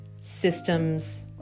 systems